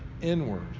inward